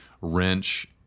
wrench